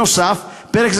נוסף על כך,